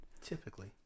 Typically